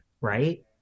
right